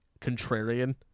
contrarian